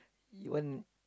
even